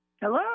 Hello